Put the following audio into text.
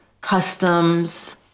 customs